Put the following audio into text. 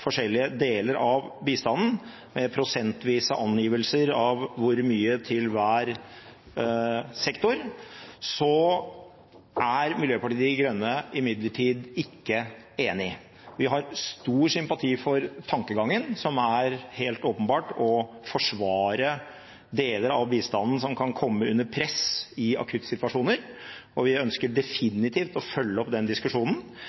forskjellige deler av bistanden, med prosentvise angivelser av hvor mye til hver sektor, er Miljøpartiet De Grønne imidlertid ikke enig. Vi har stor sympati for tankegangen, som helt åpenbart er å forsvare deler av bistanden som kan komme under press i akuttsituasjoner, og vi ønsker definitivt å følge opp den diskusjonen,